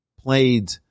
played